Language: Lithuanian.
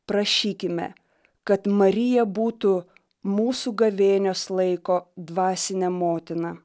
prašykime kad marija būtų mūsų gavėnios laiko dvasinė motina